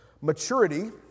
Maturity